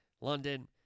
London